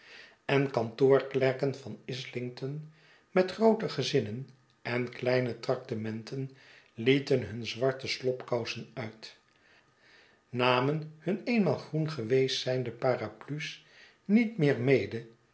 en kantoorklerken van islington met groote gezinnen en kleine traktementen lieten hun zwarte slopkousen uit narnen hun eenmaal groen geweest zijnde parapluies niet meer mede